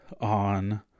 on